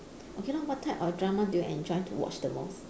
okay lor what type of drama do you enjoy to watch the most